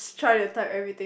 try to type everything